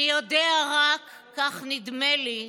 אני יודע רק, כך נדמה לי,